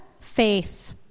Faith